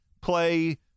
play